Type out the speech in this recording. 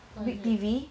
toilet